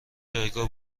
جایگاه